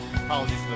Apologies